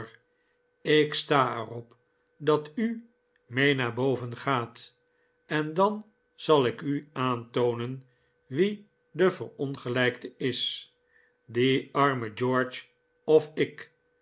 ik sta er op dat u mee naar boven gaat en dan zal ik u aantoonen wie de verongelijkte is die arme george of ik